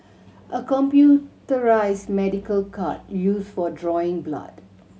a computerised medical cart used for drawing blood